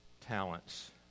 talents